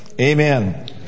Amen